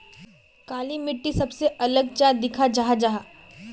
काली मिट्टी सबसे अलग चाँ दिखा जाहा जाहा?